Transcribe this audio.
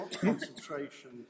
Concentration